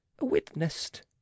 witnessed